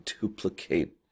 duplicate